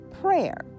Prayer